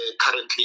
currently